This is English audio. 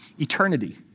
eternity